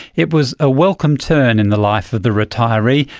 it was a welcome turn in the life of the retiree,